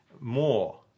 more